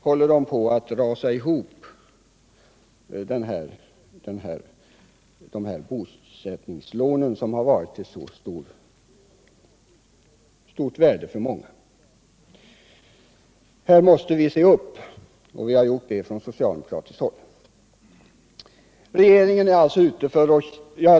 Håller bosättningslånen, som har varit av så stort värde för många, på att rasa ihop? Här måste vi se upp, och det har vi gjort på socialdemokratiskt håll.